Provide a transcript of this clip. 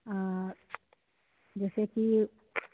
आ जैसे की